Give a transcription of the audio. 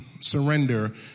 Surrender